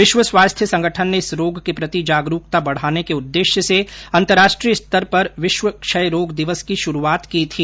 विश्व स्वास्थ्य संगठन ने इस रोग के प्रति जागरूकता बढाने के उद्देश्य से अंतर्राष्ट्रीय स्तर पर विश्व क्षय रोग दिवस की शुरूआत की थी